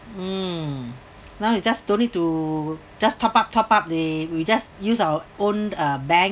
um now you just don't need to just top up top up the we just use our own uh bank